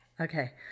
okay